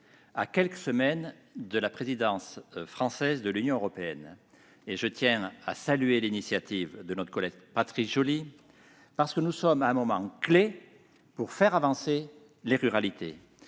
à quelques semaines de la présidence française de l'Union européenne, et je tiens à saluer l'initiative de notre collègue Patrice Joly. En effet, nous nous trouvons à un moment clef pour faire avancer les ruralités